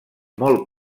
molt